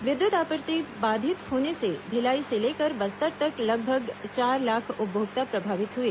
विद्युत आपूर्ति बाधित होने से भिलाई से लेकर बस्तर तक लगभग चार लाख उपभोक्ता प्रभावित हुए